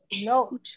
No